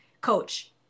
coach